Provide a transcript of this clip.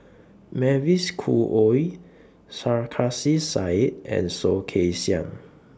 Mavis Khoo Oei Sarkasi Said and Soh Kay Siang